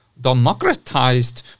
democratized